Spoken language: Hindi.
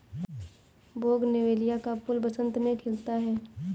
बोगनवेलिया का फूल बसंत में खिलता है